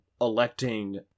electing